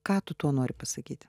ką tu tuo nori pasakyti